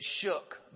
shook